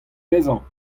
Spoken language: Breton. dezhañ